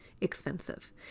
expensive